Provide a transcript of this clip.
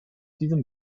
diesem